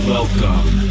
Welcome